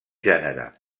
gènere